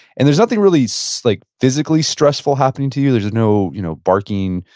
and there's nothing really so like physically stressful happening to you. there's no you know barking,